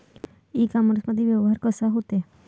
इ कामर्समंदी व्यवहार कसा होते?